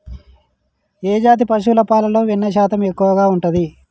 ఏ జాతి పశువుల పాలలో వెన్నె శాతం ఎక్కువ ఉంటది?